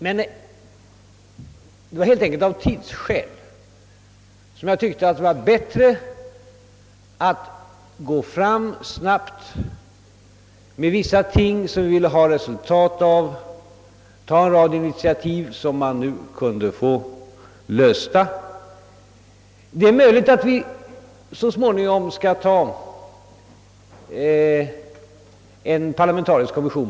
Men det var helt enkelt av tidsskäl som jag tyckte att det var bättre att gå fram snabbt i vissa fall där vi ville ha resultat, ta en rad initiativ i frågor som man nu kunde få lösta. Det är möjligt att vi här så småningom skall ha en parlamentarisk kommission.